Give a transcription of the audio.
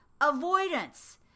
avoidance